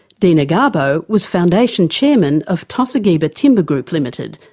dina gabo was foundation chairman of tosigibatimber group limited,